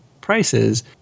prices